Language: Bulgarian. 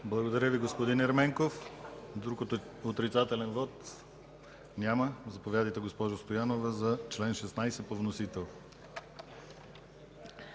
Благодаря Ви, господин Ерменков. Друг отрицателен вот – няма. Заповядайте, госпожо Стоянова, за чл. 16 по вносител.